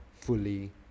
fully